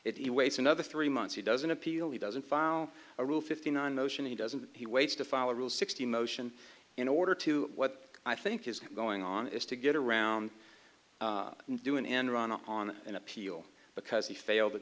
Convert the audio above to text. if he waits another three months he doesn't appeal he doesn't file a rule fifty nine motion he doesn't he waits to follow rule sixty motion in order to what i think is going on is to get around and do an end run on an appeal because he failed a